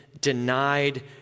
denied